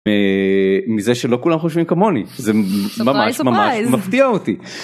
מזה שלא כולם חושבים כמוני זה ממש ממש מפתיע אותי.